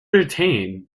retain